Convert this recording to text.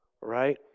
right